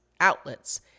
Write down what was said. outlets